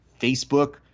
Facebook